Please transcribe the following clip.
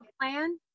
plan